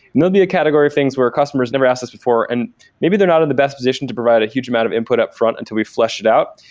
there'd be a category of things where customers never asked us before, and maybe they're not in the best position to provide a huge amount of input upfront until we fleshed it out.